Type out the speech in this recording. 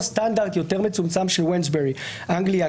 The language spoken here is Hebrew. סטנדרט יותר מצומצם של וונסברי: אנגליה,